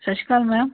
ਸਤਿ ਸ਼੍ਰੀ ਅਕਾਲ ਮੈਮ